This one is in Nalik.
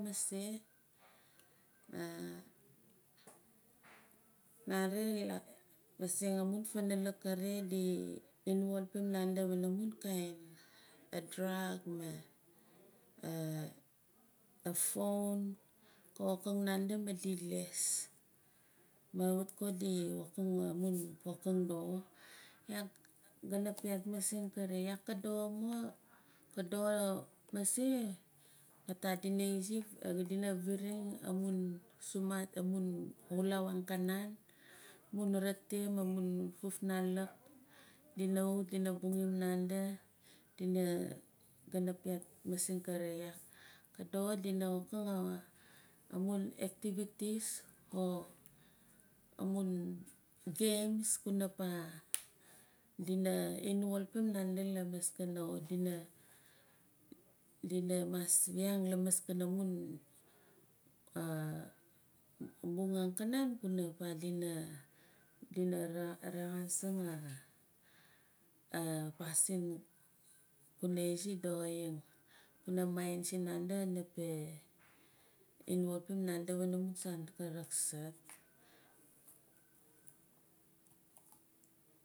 Mase nare iak masing amun funalik kare di involvim nandi pana num kain a drug aphone ka wokang nandi ma di les ma kawit ko di wokang amun pokang doxo iak goana piaat masing kare iak ka doxo moa ka doxo mase dina viring amun sumat amun xulau angkanan amun rete ma amun fufunalik dina wut dina bungin nandi dina gana piaat masing kare iak ko doxo dina wokang amun activities or amun games kuna pah dina involvim nandi lamaskana dina dina mas wiang lamaskana amun bung angkanan kuna pah dina rexasing a pasin kuna izi doxoing kuna mind sinandi kana peh involvim nandi pana mun saan ka raksart.